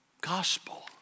gospel